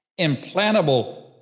implantable